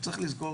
צריך לזכור